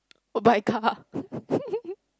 go buy car